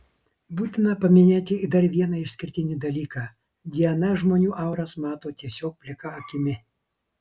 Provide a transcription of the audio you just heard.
būtina paminėti ir dar vieną išskirtinį dalyką diana žmonių auras mato tiesiog plika akimi